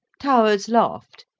towers laughed,